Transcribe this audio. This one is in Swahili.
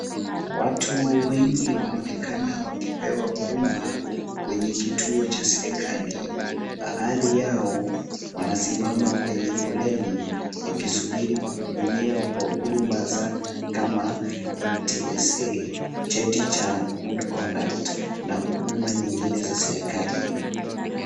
Watu wengi wanaonekana wakipewa huduma kwenye kituo cha serikali. Baadhi yao wanasimama kwenye foleni wakisubiri kuhudumiwa kwa huduma kama NTSA, cheti cha good conduct na huduma nyingine za serikali.